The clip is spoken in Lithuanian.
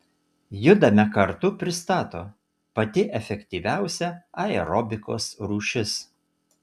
judame kartu pristato pati efektyviausia aerobikos rūšis